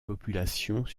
populations